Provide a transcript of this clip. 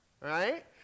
right